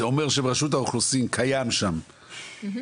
זה אומר שברשות האוכלוסין קיימת ההסכמה,